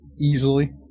easily